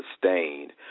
sustained